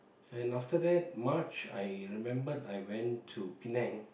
and after that March I remembered I went to Penang